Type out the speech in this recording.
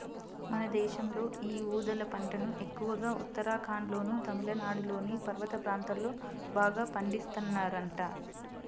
మన దేశంలో యీ ఊదల పంటను ఎక్కువగా ఉత్తరాఖండ్లోనూ, తమిళనాడులోని పర్వత ప్రాంతాల్లో బాగా పండిత్తన్నారంట